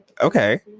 Okay